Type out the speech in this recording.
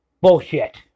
Bullshit